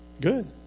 Good